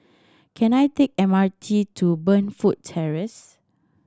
can I take M R T to Burnfoot Terrace